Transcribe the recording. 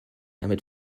damit